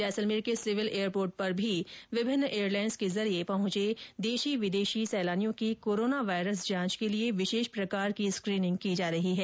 जैसलमेर के civil airport पर भी विभिन्न एयरलाईन्स के जरिए पहुंचे देशी विदेशी सैलानियों की कोरोना वायरस जांच के लिये विशेष प्रकार की स्क्रीनिंग की जा रही है